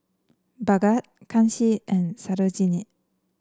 Bhagat Kanshi and Sarojini